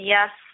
Yes